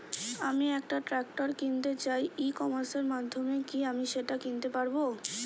আমি একটা ট্রাক্টর কিনতে চাই ই কমার্সের মাধ্যমে কি আমি সেটা কিনতে পারব?